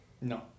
No